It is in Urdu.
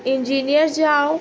انجینئر جاؤ